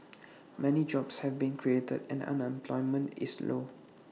many jobs have been created and unemployment is low